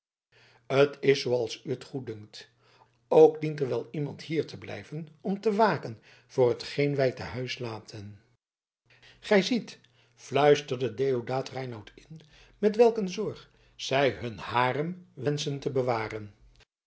t is zooals het u goeddunkt ook dient er wel iemand hier te blijven om te waken voor hetgene wij te huis laten gij ziet fluisterde deodaat reinout in met welk een zorg zij hun harem wenschen te bewaren